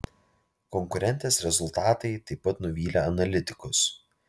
konkurentės rezultatai taip pat nuvylė analitikus